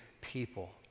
people